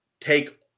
take